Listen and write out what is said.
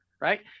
right